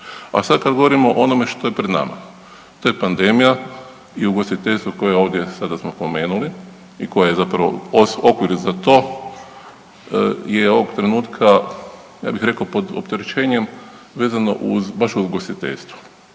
A sad kad govorimo o onome što je pred nama, to je pandemija i ugostiteljstvo koje ovdje sada smo pomenuli i koje zapravo …/nerazumljivo/… za to je ovog trenutka ja bih rekao pod opterećenjem vezano uz, baš uz ugostiteljstvo.